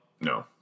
No